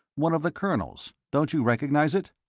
one of the colonel's. don't you recognize it?